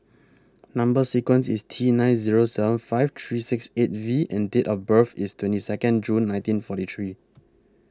Number sequence IS T nine Zero seven five three six eight V and Date of birth IS twenty Second June nineteen forty three